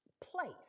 place